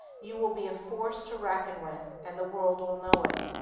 you will be a force to reckon with, and the world will know it.